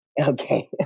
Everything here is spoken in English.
Okay